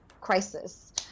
crisis